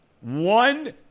One